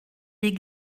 des